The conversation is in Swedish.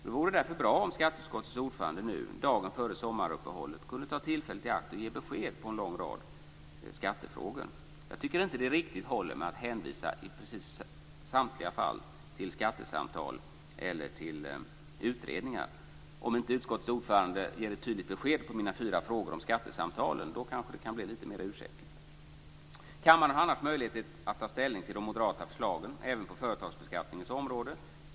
Det vore därför bra om skatteutskottets ordförande nu, dagen före sommaruppehållet, kunde ta tillfället i akt att ge besked på en lång rad skattefrågor. Jag tycker inte att det riktigt håller att i samtliga fall hänvisa till skattesamtal eller utredningar. Om utskottets ordförande ger ett tydligt besked på mina fyra frågor om skattesamtalen, kanske det kan bli lite mer ursäktligt. Kammaren har annars möjlighet att ta ställning till de moderata förslagen även på företagsbeskattningens område.